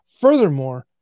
Furthermore